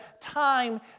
time